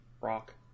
Rock